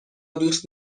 دوست